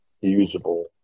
usable